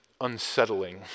unsettling